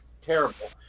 terrible